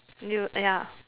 you !aiya!